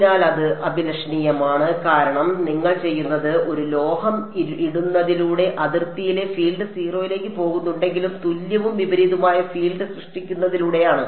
അതിനാൽ അത് അനഭിലഷണീയമാണ് കാരണം നിങ്ങൾ ചെയ്യുന്നത് ഒരു ലോഹം ഇടുന്നതിലൂടെ അതിർത്തിയിലെ ഫീൽഡ് 0 ലേക്ക് പോകുന്നുണ്ടെങ്കിലും തുല്യവും വിപരീതവുമായ ഫീൽഡ് സൃഷ്ടിക്കുന്നതിലൂടെയാണ്